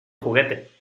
juguete